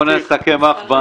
בוא נסכם, אחמד,